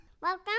Welcome